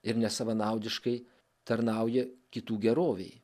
ir nesavanaudiškai tarnauja kitų gerovei